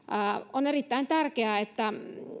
on erittäin tärkeää että